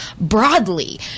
Broadly